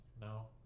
No